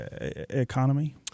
economy